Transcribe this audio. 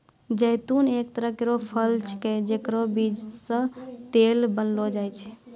जैतून एक तरह केरो फल छिकै जेकरो बीज सें तेल बनैलो जाय छै